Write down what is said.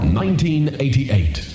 1988